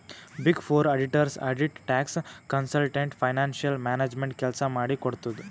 big four auditors audit, tax, consultant, financial management ಕೆಲ್ಸ ಮಾಡಿ ಕೊಡ್ತುದ್